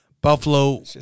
buffalo